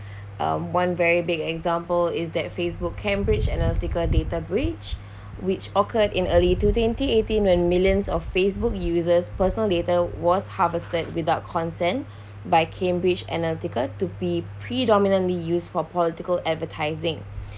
um one very big example is that facebook cambridge analytica data breach which occurred in early two twenty-eighteen when millions of facebook users' personal data was harvested without consent by cambridge-analytica to be predominantly used for political advertising